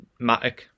Matic